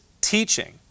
teaching